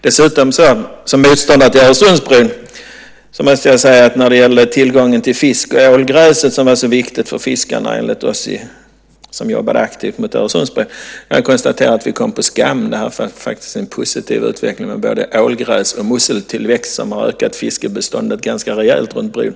Jag var motståndare till Öresundsbron, och när det gäller tillgången till fisk och ålgräs, som var så viktigt för fiskarna enligt oss som jobbade aktivt mot Öresundsbron, kan jag konstatera att vi kom på skam. Det har faktiskt varit en positiv utveckling för både ålgräs och musslor som har ökat fiskebeståndet ganska rejält runt bron.